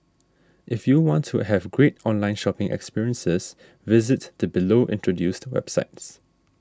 if you want to have great online shopping experiences visit the below introduced websites